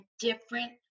different